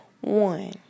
one